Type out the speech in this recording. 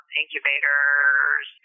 incubators